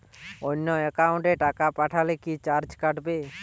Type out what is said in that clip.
অন্য একাউন্টে টাকা পাঠালে কি চার্জ কাটবে?